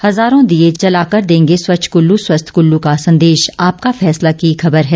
हजारों दीये जलाकर देंगे स्वच्छ कुल्लू स्वस्थ कुल्लू का संदेश आपका फैसला की खबर है